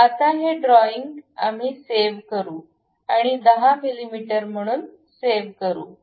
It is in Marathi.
आता हे ड्रॉईंग सेव्ह करू आणि 10 मिमी म्हणून सेव्ह करू